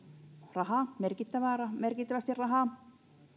rahaa merkittävästi rahaa